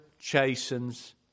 chastens